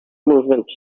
movement